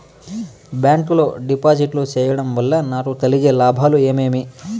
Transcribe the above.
Bank లో డిపాజిట్లు సేయడం వల్ల నాకు కలిగే లాభాలు ఏమేమి?